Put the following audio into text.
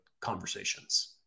conversations